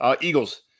Eagles